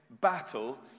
battle